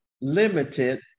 limited